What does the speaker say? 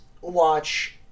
watch